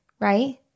right